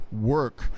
work